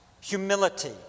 humility